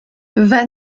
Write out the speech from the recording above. van